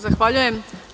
Zahvaljujem.